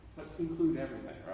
included everything.